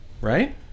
right